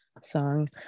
song